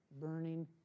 burning